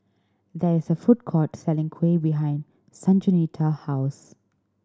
there is a food court selling kuih behind Sanjuanita house